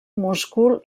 múscul